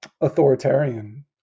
authoritarian